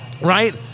right